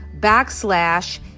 backslash